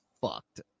fucked